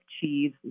cheese